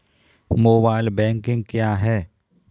Mobile banking क्या है?